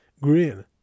Green